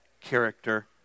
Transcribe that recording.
character